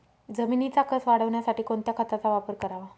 जमिनीचा कसं वाढवण्यासाठी कोणत्या खताचा वापर करावा?